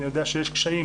אני יודע שיש קשיים